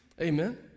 Amen